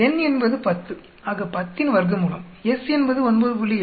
n என்பது 10 ஆக 10இன் வர்க்கமூலம் s என்பது 9